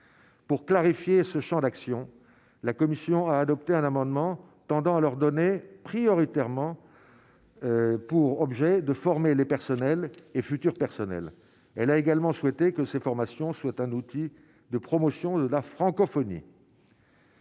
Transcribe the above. pour clarifier ce Champ d'action, la commission a adopté un amendement tendant à leur donner prioritairement pour objet de former les personnels et futur personnel, elle a également souhaité que ces formations soit un outil de promotion de la francophonie.